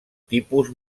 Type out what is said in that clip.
tipus